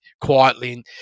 quietly